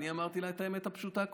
אני אמרתי לה את האמת הפשוטה קודם.